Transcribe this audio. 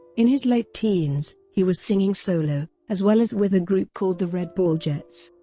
in his late teens, he was singing solo, as well as with a group called the red ball jets.